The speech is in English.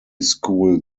school